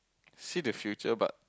see the future but